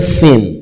sin